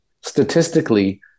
statistically